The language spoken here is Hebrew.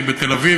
אדוני,